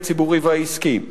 הציבורי והעסקי,